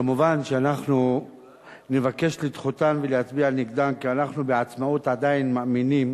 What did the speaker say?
מובן שאנחנו נבקש לדחותן ולהצביע נגדן כי אנחנו בעצמאות עדיין מאמינים